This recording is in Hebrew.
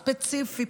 ספציפי,